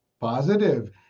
positive